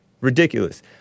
ridiculous